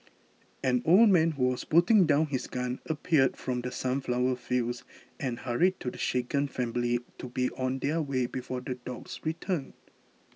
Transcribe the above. an old man who was putting down his gun appeared from the sunflower fields and hurried to the shaken family to be on their way before the dogs return